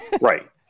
Right